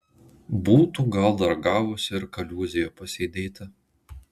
būtų gal dar gavusi ir kaliūzėje pasėdėti